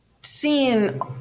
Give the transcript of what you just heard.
seeing